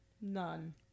None